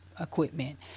equipment